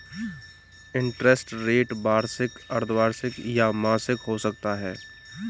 interest rate वार्षिक, अर्द्धवार्षिक या मासिक हो सकता है